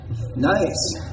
Nice